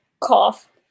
cough